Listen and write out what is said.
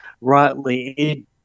rightly